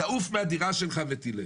תעוף מהדירה שלך ותלך.